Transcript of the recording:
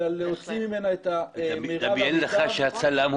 -- אלא להוציא ממנה את המירב הניתן,